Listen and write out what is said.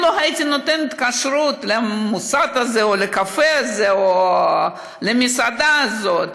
אני לא הייתי נותנת כשרות למוסד הזה או לקפה הזה או למסעדה הזאת,